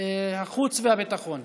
החוץ והביטחון.